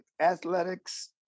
Athletics